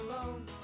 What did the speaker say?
alone